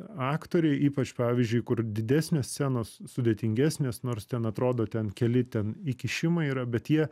aktoriai ypač pavyzdžiui kur didesnės scenos sudėtingesnės nors ten atrodo ten keli ten įkišimai yra bet jie